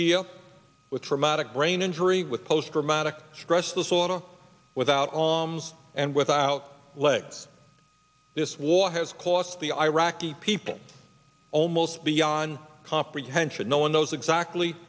here with traumatic brain injury with post traumatic stress disorder without on and without legs this war has cost the iraqi people almost beyond comprehension no one knows exactly